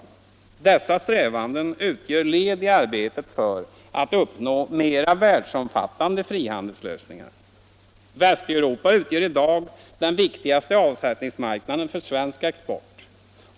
Dessa strävanden utgör led i arbetet för att uppnå mera världsomfattande fri Västeuropa utgör i dag den viktigaste avsättningsmarknaden för svensk export.